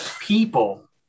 people